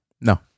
No